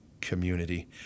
community